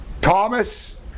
Thomas